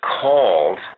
called